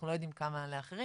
אנחנו לא יודעים כמה היה לאחרים,